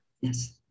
Yes